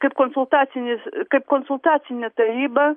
kaip konsultacinis kaip konsultacinė taryba